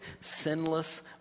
sinless